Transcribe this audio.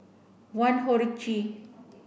one HORCI